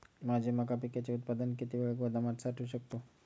माझे मका पिकाचे उत्पादन किती वेळ गोदामात साठवू शकतो?